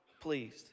pleased